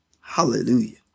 Hallelujah